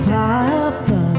papa